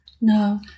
no